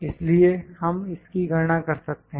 इसलिए हम इसकी गणना कर सकते हैं